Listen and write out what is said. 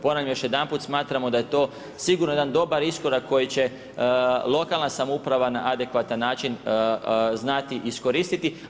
Ponavljam još jedanput, smatramo da je to siguran jedan dobar iskorak, koji će lokalan samouprava na adekvatan način znati iskoristiti.